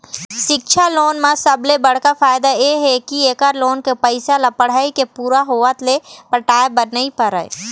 सिक्छा लोन म सबले बड़का फायदा ए हे के एखर लोन के पइसा ल पढ़ाई के पूरा होवत ले पटाए बर नइ परय